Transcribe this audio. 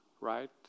Right